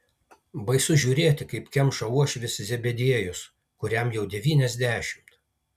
baisu žiūrėti kaip kemša uošvis zebediejus kuriam jau devyniasdešimt